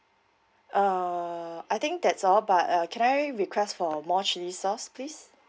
uh I think that's all but uh can I request for more chili sauce please